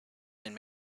and